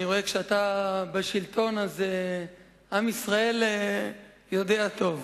אני רואה שכשאתה בשלטון עם ישראל יודע טוב.